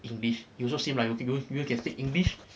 english you also same like you to go you can speak english